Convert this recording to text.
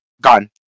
Gone